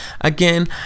again